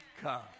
come